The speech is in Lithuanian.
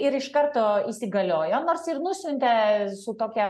ir iš karto įsigaliojo nors ir nusiuntė su tokia